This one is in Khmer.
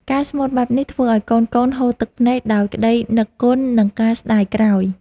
ការស្មូតបែបនេះ ធ្វើឱ្យកូនៗហូរទឹកភ្នែកដោយក្ដីនឹកគុណ និងការស្ដាយក្រោយ។